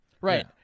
Right